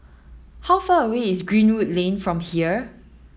how far away is Greenwood Lane from here